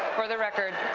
for the record,